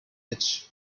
edge